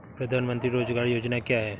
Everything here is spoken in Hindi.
प्रधानमंत्री रोज़गार योजना क्या है?